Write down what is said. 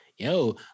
Yo